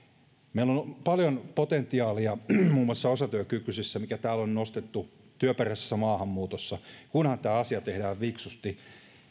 meillä on paljon potentiaalia muun muassa osatyökykyisissä mikä täällä on nostettu työperäisessä maahanmuutossa kunhan tämä asia tehdään fiksusti